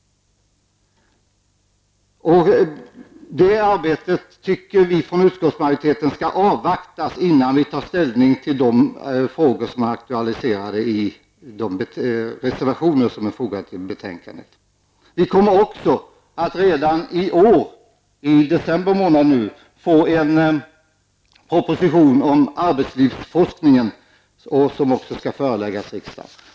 Det arbetet tycker vi i utskottsmajoriteten skall avvaktas innan vi tar ställning till de frågor som är aktualiserade i de reservationer som är fogade till betänkandet. Riksdagen kommer också redan i december i år att föreläggas en proposition om arbetslivsforskningen.